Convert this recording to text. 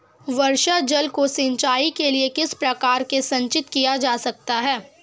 वर्षा जल को सिंचाई के लिए किस प्रकार संचित किया जा सकता है?